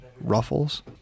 Ruffles